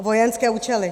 Vojenské účely.